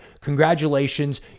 Congratulations